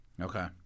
Okay